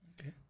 okay